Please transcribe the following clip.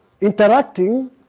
interacting